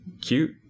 cute